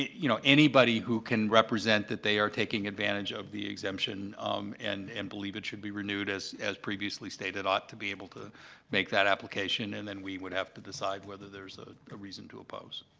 you know, anybody who can represent that they are taking advantage of the exemption and and believe it should be renewed as as previously stated ought to be able to make that application. and then, we would have to decide whether there's a ah reason to oppose.